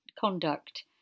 conduct